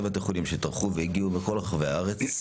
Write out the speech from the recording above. בתי החולים שטרחו והגיעו מכל רחבי הארץ,